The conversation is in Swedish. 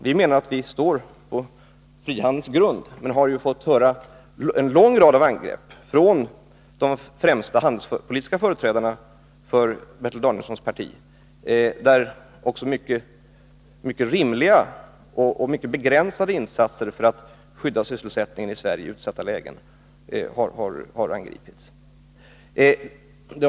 Vi menar att vi står på frihandelns grund, men i en lång rad angrepp från de främsta handelspolitiska företrädarna för Bertil Danielssons parti har man vänt sig emot också mycket rimliga och begränsade insatser för att i utsatta lägen skydda sysselsättningen i Sverige.